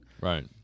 Right